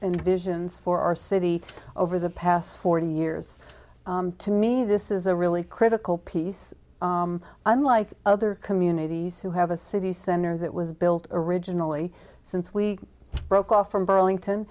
and visions for our city over the past forty years to me this is a really critical piece unlike other communities who have a city center that was built originally since we broke off from burlington